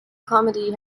comedy